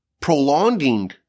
prolonging